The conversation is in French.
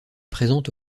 présente